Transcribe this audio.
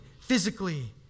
physically